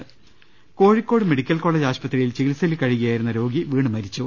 രദേഷ്ടെടു Kozhikode medical college ആശുപത്രിയിൽ ചികിത്സയിൽ കഴി യുകയായിരുന്ന രോഗി വീണ് മരിച്ചു